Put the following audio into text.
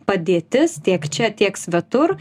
padėtis tiek čia tiek svetur